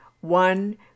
One